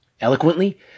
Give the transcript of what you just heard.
eloquently